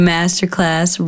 Masterclass